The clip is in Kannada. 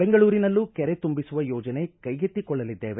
ಬೆಂಗಳೂರಿನಲ್ಲೂ ಕೆರೆ ತುಂಬಿಸುವ ಯೋಜನೆ ಕೈಗೆತ್ತಿಕೊಳ್ಳಲಿದ್ದೇವೆ